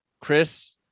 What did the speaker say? Chris